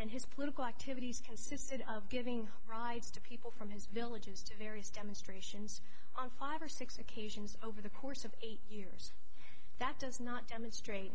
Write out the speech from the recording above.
and his political activities consisted of giving rides to people from his villages to various demonstrations on five or six occasions over the course of eight that does not demonstrate